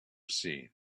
seen